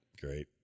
Great